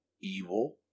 evil